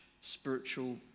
spiritual